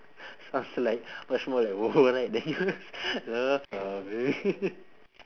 sounds like much more like !woah! like then you